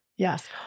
Yes